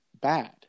bad